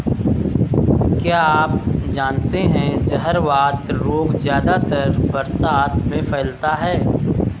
क्या आप जानते है जहरवाद रोग ज्यादातर बरसात में फैलता है?